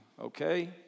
Okay